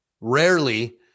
rarely